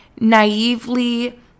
naively